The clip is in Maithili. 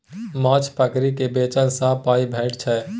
माछ पकरि केँ बेचला सँ पाइ भेटै छै